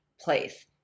place